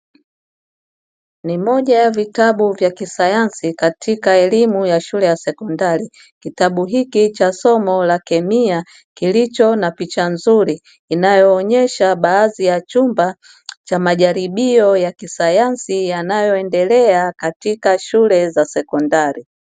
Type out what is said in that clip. Ni moja ya vitabu vya kisayansi katika elimu ya shule ya sekondari kitabu hiki cha somo la kemia kilicho na picha nzuri inayoonyesha baadhi ya chumba cha majaribio ya kisayansi yanayoendelea katika shule za sekondari.